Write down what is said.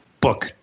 book